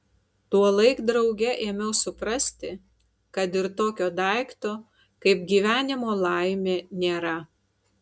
tuolaik drauge ėmiau suprasti kad ir tokio daikto kaip gyvenimo laimė nėra